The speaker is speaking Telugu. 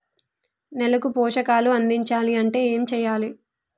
నేలకు పోషకాలు అందించాలి అంటే ఏం చెయ్యాలి?